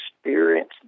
experience